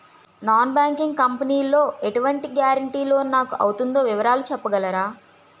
Non banking company లో ఎటువంటి guarantee loan నాకు అవుతుందో వివరాలు చెప్పగలరా?